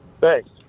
Thanks